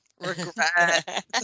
regret